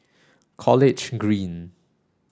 College Green